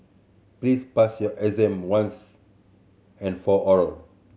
please pass your exam once and for all